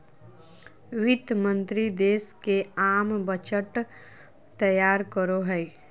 वित्त मंत्रि देश के आम बजट तैयार करो हइ